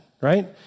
right